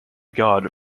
god